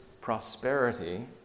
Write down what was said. prosperity